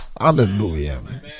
Hallelujah